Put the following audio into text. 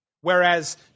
Whereas